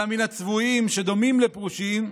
אלא מן הצבועין שדומין לפרושין,